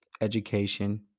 education